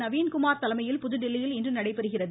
நவீன்குமார் தலைமையில் புதுதில்லியில் இன்று நடைபெறுகிறது